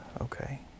okay